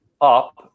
up